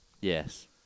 Yes